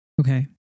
Okay